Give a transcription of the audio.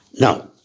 Now